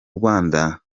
rwanda